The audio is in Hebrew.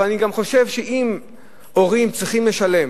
אבל אני גם חושב שאם הורים צריכים לשלם